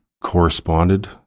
corresponded